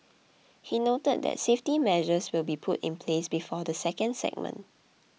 he noted that safety measures will be put in place before the second segment